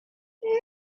non